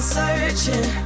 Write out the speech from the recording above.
searching